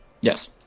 Yes